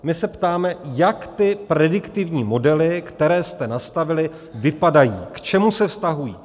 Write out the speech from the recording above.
My se ptáme, jak ty prediktivní modely, které jste nastavili, vypadají, k čemu se vztahují.